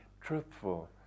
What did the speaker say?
truthful